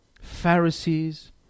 Pharisees